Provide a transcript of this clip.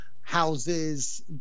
houses